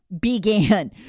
began